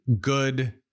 good